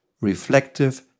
reflective